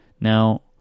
Now